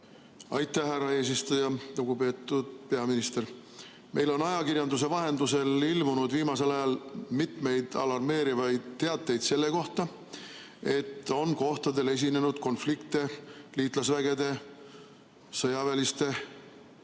Aitäh, härra eesistuja! Lugupeetud peaminister! Meil on ajakirjanduse vahendusel ilmunud viimasel ajal mitmeid alarmeerivaid teateid selle kohta, et kohtadel on esinenud konflikte liitlasvägede sõjaväelise